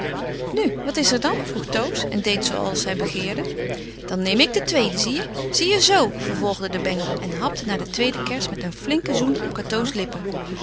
nu wat is er dan vroeg toos en deed zooals hij begeerde dan neem ik de tweede zie je zie je zoo vervolgde de bengel en hapte naar de tweede kers met een flinken zoen op cateau's lippen